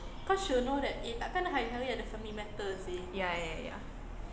ya ya ya